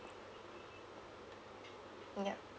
yup